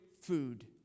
food